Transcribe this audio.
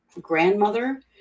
grandmother